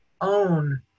own